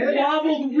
wobbled